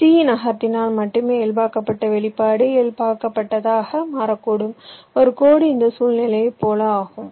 c நகர்த்தினால் மட்டுமே இயல்பாக்கப்பட்ட வெளிப்பாடு இயல்பாக்கப்படாததாக மாறக்கூடும் ஒரு கோடு இருந்த சூழ்நிலையைப் போல ஆகும்